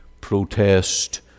protest